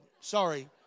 Sorry